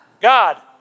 God